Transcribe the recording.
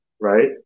Right